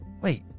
Wait